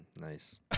Nice